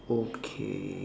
okay